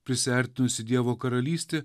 prisiartinusi dievo karalystė